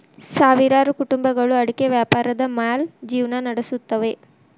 ಸಾವಿರಾರು ಕುಟುಂಬಗಳು ಅಡಿಕೆ ವ್ಯಾಪಾರದ ಮ್ಯಾಲ್ ಜಿವ್ನಾ ನಡಸುತ್ತವೆ